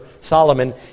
Solomon